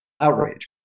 outrage